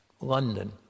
London